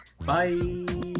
Bye